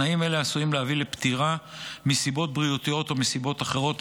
תנאים אלה עשויים להביא לפטירה מסיבות בריאותיות או מסיבות אחרות,